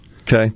Okay